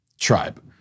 tribe